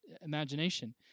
imagination